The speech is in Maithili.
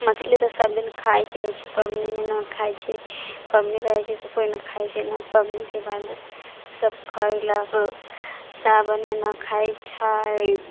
मछली तऽ सब दिन खाएके रहैत छै पबनीमे नहि खाइत छी पबनी रहैत छै तऽ केओ नहि खाइत छै पबनीके बाद सब खएलक साओनमे नहि खाइत छै